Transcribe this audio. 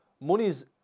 money's